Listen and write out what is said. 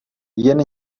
jen